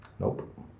Nope